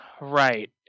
Right